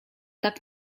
tak